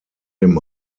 dem